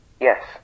Yes